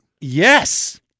Yes